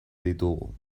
ditugu